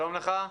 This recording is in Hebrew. שלום לך.